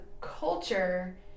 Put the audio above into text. culture